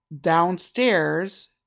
Downstairs